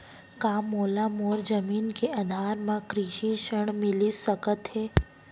का मोला मोर जमीन के आधार म कृषि ऋण मिलिस सकत हे?